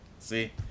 See